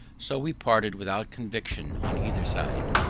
so we parted without conviction on either side.